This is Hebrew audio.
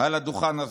על הדוכן הזה.